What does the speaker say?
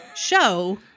show